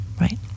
right